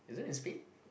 is it in Spain